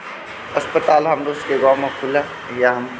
अस्पताल हमरो सभकेँ गाँवमे खुलए इएह हम